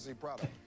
product